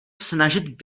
snažit